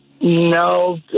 No